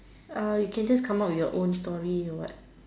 uh you can just come out with your own story or what